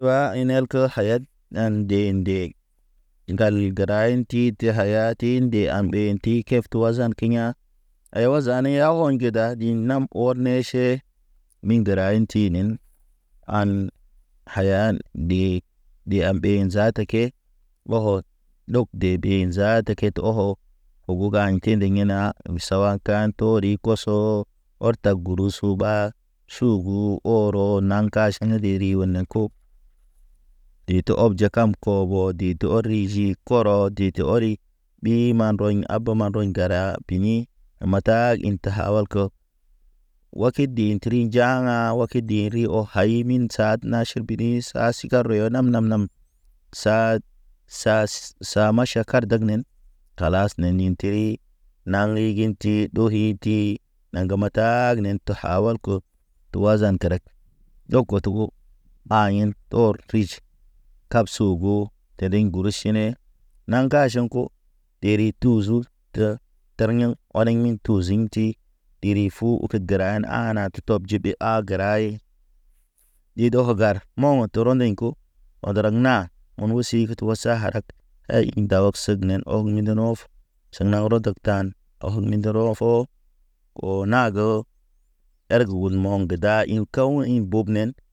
Ba in nel ko hayad, ndal gəra inti te haya ti ti nde am ɓe ti keb twazan kiya̰. Aiwa zani yaw wɔ ŋgedadi namko, ɔ ne ʃe. Ni gəra ḭ ti nen han hayan ɗe, ɗe am ɓe zata ke. Ho ɓogo ha̰y tende hina, mi sawa ka̰ to ri koso. Ɔrta guru su ɓa suhugu oro naŋ ka ʃin. Əne də ri ho nə ko de to ɔb jekam kɔ bɔ di to ri jid. Kɔrɔ di tə ɔri ɓi ma rɔɲi a ba ma rɔɲi dara pini. Ma ta inte ha wal ko Wa ki di tri njahan wakit, ki dḭ ho hay mḭ sad naʃ binis sa sigaro yɔ nam- nam. Sa maʃa kar dag nenen kalas ne niɲ kəy. Naŋ le inti ɗəw iti. Ne ŋgeme taa genen to ha walko tu a zan tereg hayin ɗor kri ji. Kab sogo tene guru sine naŋga ʃɛn ku. Deri tuzu tə tar yaŋ ɔriɲ tu zinti. Diri fu ug gəra haŋ na to tɔp ji de ha garay. Hi ɗogo gar momɔ toro nay ko ɔdɔk na, mən osi ut so harak. A y nda osenen ɔgi gi nɔf. Senaŋ rɔdɔk tan, ɔgi ndəro ofo. O na go erge wud mo̰ ge da in kew in bubnen.